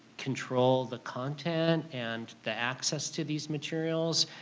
control the content and the access to these materials.